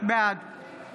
בעד